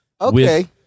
okay